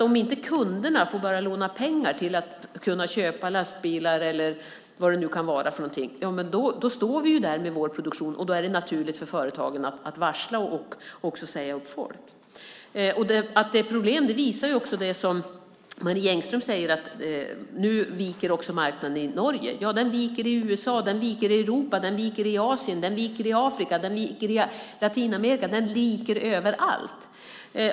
Om inte kunderna får börja låna pengar för att kunna köpa lastbilar eller vad det nu kan vara för någonting står vi ju där med vår produktion, och då är det naturligt för företagen att varsla och också säga upp folk. Att det är problem visar också det som Marie Engström säger, att nu viker också marknaden i Norge. Ja, den viker i USA. Den viker i Europa. Den viker i Asien. Den viker i Afrika. Den viker i Latinamerika. Den viker överallt.